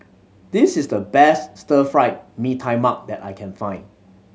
this is the best Stir Fried Mee Tai Mak that I can find